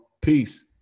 peace